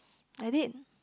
I did